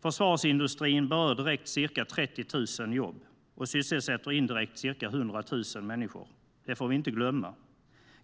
Försvarsindustrin berör direkt ca 30 000 jobb och sysselsätter indirekt ca 100 000 människor. Det får vi inte glömma.